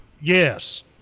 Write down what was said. Yes